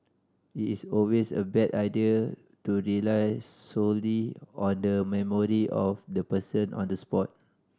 it is always a bad idea to rely solely on the memory of the person on the spot